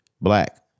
Black